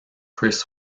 chris